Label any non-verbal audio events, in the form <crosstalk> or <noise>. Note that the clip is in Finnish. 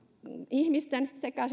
ihmisten sekä <unintelligible>